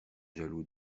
jaloux